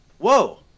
Whoa